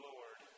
Lord